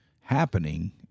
happening